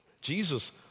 Jesus